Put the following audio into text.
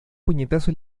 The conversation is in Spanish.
puñetazo